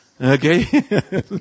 Okay